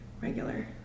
regular